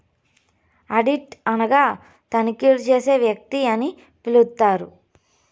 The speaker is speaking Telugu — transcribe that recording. ఆడిట్ అనగా తనిఖీలు చేసే వ్యక్తి అని పిలుత్తారు